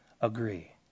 agree